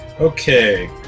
Okay